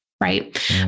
Right